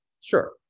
Sure